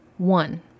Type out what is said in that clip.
One